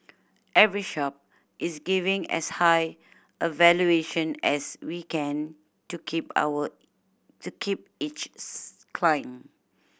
every shop is giving as high a valuation as we can to keep our to keep each client